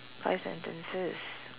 five sentences